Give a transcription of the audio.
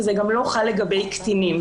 וזה גם לא חל לגבי קטינים.